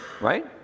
right